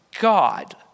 God